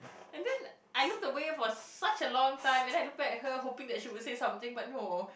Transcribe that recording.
and then I looked the way for such a long time and then I looked back at her hoping that she would say something but no